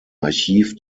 archiv